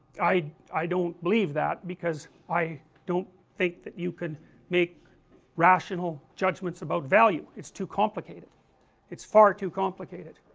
i i don't believe that, because i don't think that you can make rational judgments about value, it's too complicated it's far to complicated,